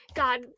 god